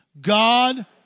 God